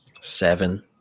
seven